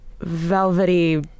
velvety